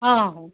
हो हो